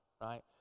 right